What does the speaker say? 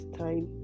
time